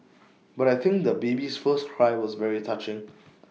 but I think the baby's first cry was very touching